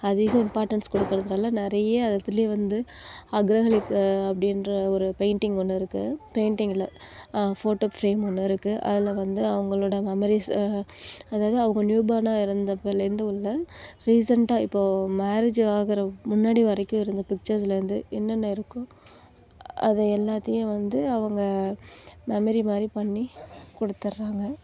அதிக இம்பார்டன்ஸ் கொடுக்குறனால நிறைய இதுலேயே வந்து அக்ரகலிக் அப்படின்ற ஒரு பெயிண்டிங் ஒன்று இருக்கு பெயிண்டிங் இல்லை ஃபோட்டோ ஃபிரேம் ஒன்று இருக்கு அதில் வந்து அவங்களோட மெமரீஷை அதாவது அவங்க நியூ பார்னாக இருந்தப் பல இருந்து உள்ள ரீசெண்டாக இப்போது மேரேஜ் ஆகிற முன்னாடி வரைக்கும் இருந்த பிக்ச்சர்ஸில் இருந்து என்ன என்ன இருக்கோ அதை எல்லாத்தையும் வந்து அவங்க மெமரி மாதிரி பண்ணி கொடுத்துட்றாங்க